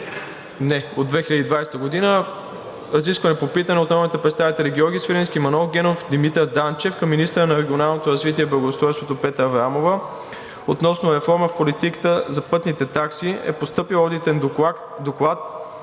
прието във връзка с разискванията по питане на народните представители Георги Свиленски, Манол Генов и Димитър Данчев към министъра на регионалното развитие и благоустройството Петя Аврамова относно реформа в политиката за пътните такси, е постъпил одитен доклад